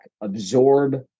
absorb